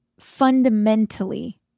fundamentally